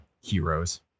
heroes